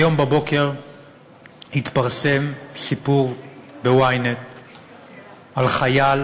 היום בבוקר התפרסם ב-ynet סיפור על חייל